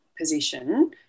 position